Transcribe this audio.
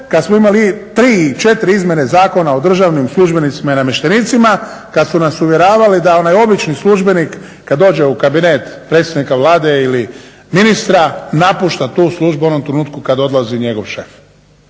kad smo imali tri, četiri izmjene Zakona o državnim službenicima i namještenicima, kad su nas uvjeravali da onaj obični službenik kad dođe u kabinet predsjednika Vlade ili ministra napušta tu službu u onom trenutku kad odlazi njegov šef.